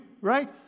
right